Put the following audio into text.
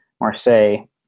Marseille